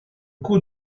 coût